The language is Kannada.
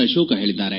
ಆಶೋಕ ಹೇಳಿದ್ದಾರೆ